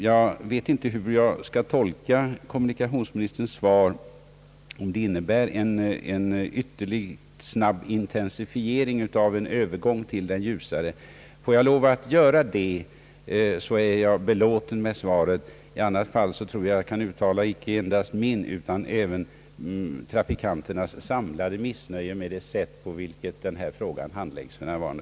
Jag vet inte om jag skall tolka kommunikationsministerns svar så att det kan väntas en ytterligt snabb intensifiering av en övergång till ljusare färg. Får jag lov att göra det, så är jag belå ten med svaret. I annat fall tror jag att jag kan uttala icke endast mitt utan även trafikanternas samlade missnöje med det sätt på vilket den här frågan handläggs för närvarande.